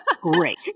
great